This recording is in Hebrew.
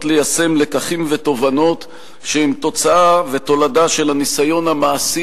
ליישם לקחים ותובנות שהם תוצאה ותולדה של הניסיון המעשי